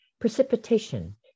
precipitation